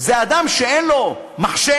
זה אדם שאין לו מחשב,